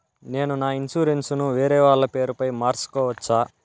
నేను నా ఇన్సూరెన్సు ను వేరేవాళ్ల పేరుపై మార్సుకోవచ్చా?